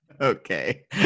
Okay